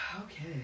Okay